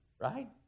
right